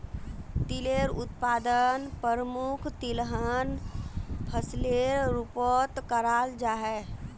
तिलेर उत्पादन प्रमुख तिलहन फसलेर रूपोत कराल जाहा